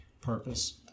purpose